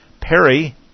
Perry